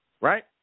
right